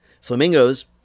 Flamingos